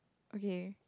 okay